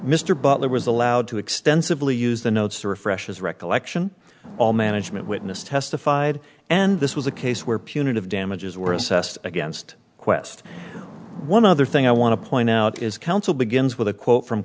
mr butler was allowed to extensively use the notes to refresh his recollection all management witness testified and this was a case where punitive damages were assessed against qwest one other thing i want to point out is counsel begins with a quote from